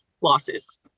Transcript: losses